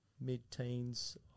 mid-teens